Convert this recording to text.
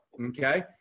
okay